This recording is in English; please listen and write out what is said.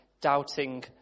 Doubting